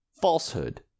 Falsehood